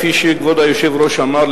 כפי שכבוד היושב-ראש אמר,